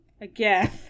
again